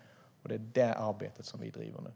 Det är det arbetet som vi driver nu.